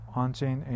on-chain